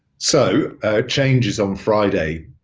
so changes on friday.